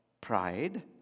pride